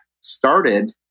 started